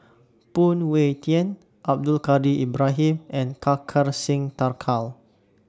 Phoon Yew Tien Abdul Kadir Ibrahim and Kartar Singh Thakral